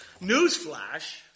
Newsflash